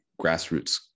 grassroots